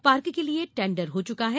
park के लिये tender हो चुके हैं